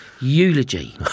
eulogy